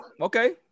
Okay